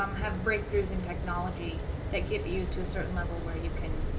um have breakthroughs in technology that get you to a certain level where you can